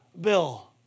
bill